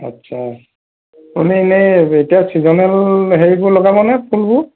আচ্ছা আপুনি ইনেই এতিয়া চিজনেল হেয়িবোৰ লগাবনে ফুলবোৰ